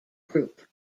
group